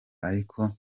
ariko